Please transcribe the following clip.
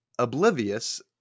oblivious